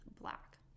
black